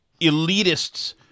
elitists